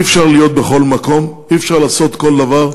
אי-אפשר להיות בכל מקום, אי-אפשר לעשות כל דבר,